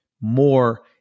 more